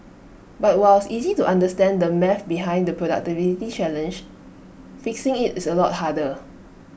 but while is easy to understand the maths behind the productivity challenge fixing IT is A lot harder